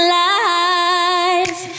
life